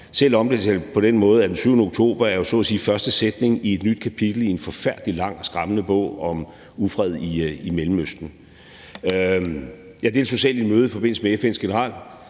et vakuum – på den måde, at den 7. oktober jo så at sige er første sætning i et nyt kapitel i en forfærdelig lang og skræmmende bog om ufred i Mellemøsten. Jeg deltog selv i mødet i forbindelse med FN's